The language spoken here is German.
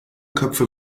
köpfe